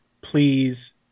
please